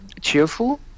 cheerful